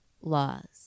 laws